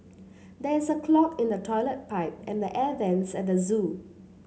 there is a clog in the toilet pipe and the air vents at the zoo